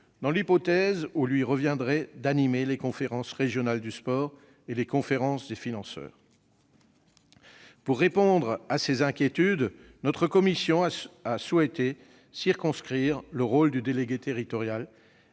dans l'hypothèse où il lui reviendrait d'animer les conférences régionales du sport et les conférences des financeurs. Pour répondre à ces inquiétudes, notre commission a souhaité circonscrire le rôle du délégué territorial